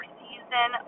season